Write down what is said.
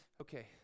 Okay